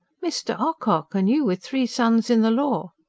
mr. ocock! and you with three sons in the law!